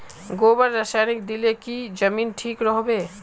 गोबर रासायनिक दिले की जमीन ठिक रोहबे?